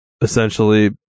essentially